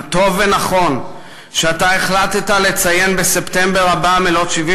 מה טוב ונכון שאתה החלטת לציין בספטמבר הבא מלאות 75